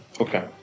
Okay